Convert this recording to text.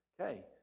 Okay